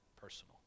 personal